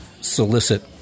solicit